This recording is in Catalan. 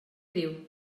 diu